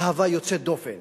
אהבה יוצאת דופן